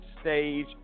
stage